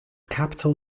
capital